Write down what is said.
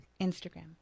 Instagram